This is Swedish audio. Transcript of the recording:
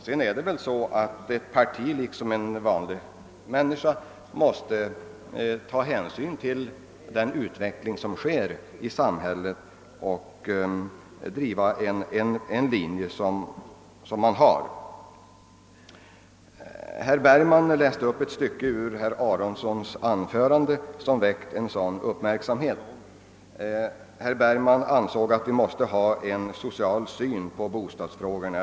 Vidare måste ett parti i likhet med vanliga medborgare ta hänsyn till den utveckling som pågår i samhället och driva den linje som man med hänsyn härtill stannar för. Herr Bergman läste upp ett stycke ur det anförande av herr Aronson, som väckt sådan uppmärksamhet, och förklarade att vi måste ha en social syn på bostadsfrågorna.